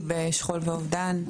מזה עשרות שנים היא בשכול ואובדן מזה.